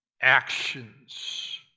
actions